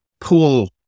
pool